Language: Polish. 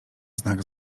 znak